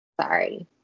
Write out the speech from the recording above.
Sorry